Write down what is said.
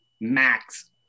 max